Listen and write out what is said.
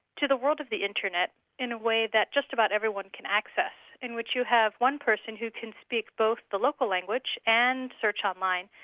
to the world of the internet in a way that just about everyone can access, in which you have one person who can speak both the local language and search online,